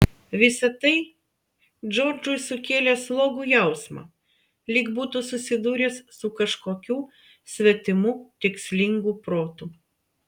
visa tai džordžui sukėlė slogų jausmą lyg būtų susidūręs su kažkokiu svetimu tikslingu protu